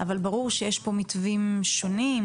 אבל ברור שיש פה מתווים שונים.